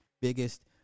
biggest